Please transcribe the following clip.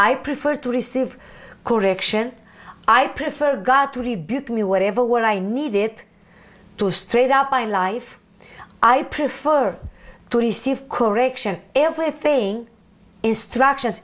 i prefer to receive correction i prefer god to rebuke me whatever when i need it to straight up my life i prefer to receive correction every thing instructions